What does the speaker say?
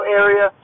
area